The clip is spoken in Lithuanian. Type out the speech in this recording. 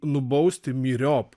nubausti myriop